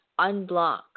unblock